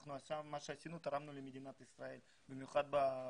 מה שעשינו, תרמנו למדינת ישראל, במיוחד במשבר.